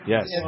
Yes